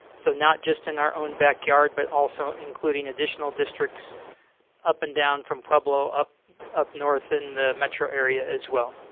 so not just in our own backyard, but also including additional districts up and down, from pueblo, up up north in the metro area as well.